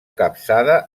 capçada